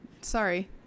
sorry